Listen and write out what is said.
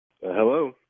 Hello